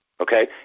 okay